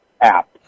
app